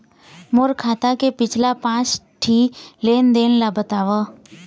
मोर खाता के पिछला पांच ठी लेन देन ला बताव?